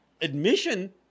admission